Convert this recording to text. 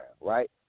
right